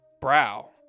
Brow